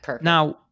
Now